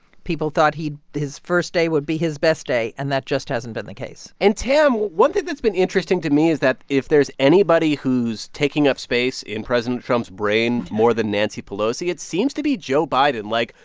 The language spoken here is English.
people thought his first day would be his best day. and that just hasn't been the case and, tam, one thing that's been interesting to me is that if there's anybody who's taking up space in president trump's brain more than nancy pelosi, it seems to be joe biden. like,